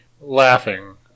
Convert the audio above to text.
laughing